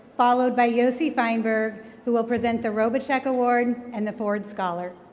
followed by yosi fineberg who will present the robocheck award and the ford scholar.